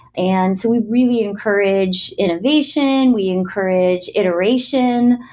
and so we really encourage innovation. we encourage iteration,